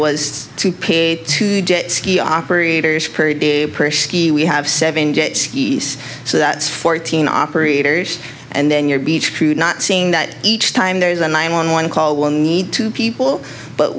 was to pay to jet ski operators we have seven jet skis so that's fourteen operators and then your beach crew not seeing that each time there's a nine one one call will need two people but